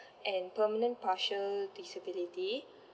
and permanent partial disability